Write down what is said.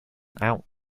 out